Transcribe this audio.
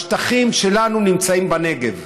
השטחים שלנו נמצאים בנגב.